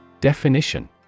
Definition